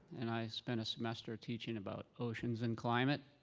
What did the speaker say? and i spent a semester teaching about oceans and climate.